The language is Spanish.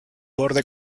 borde